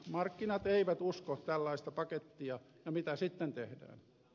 markkinat eivät usko tällaista pakettia ja mitä sitten tehdään